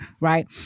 right